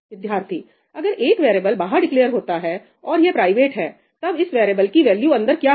विद्यार्थी अगर एक वेरीएबल बाहर डिक्लेअर होता है और यह प्राइवेट है तब इस वेरीएबल की वैल्यू अंदर क्या होगी